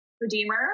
Redeemer